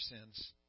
sins